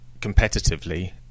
competitively